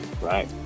right